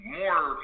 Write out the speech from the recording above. more